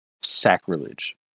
Sacrilege